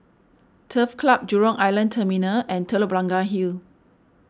Turf Club Jurong Island Terminal and Telok Blangah Hill